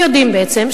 ויודעים בעצם,